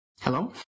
Hello